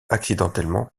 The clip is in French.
accidentellement